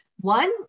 One